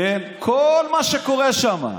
כל מה שקורה שם.